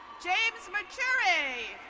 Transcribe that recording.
james muchiri.